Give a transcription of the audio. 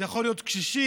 זה יכול להיות קשישים,